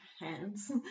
hands